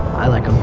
i like him